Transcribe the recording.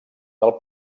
del